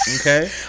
Okay